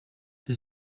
the